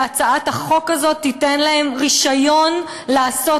והצעת החוק הזאת תיתן להם רישיון לעשות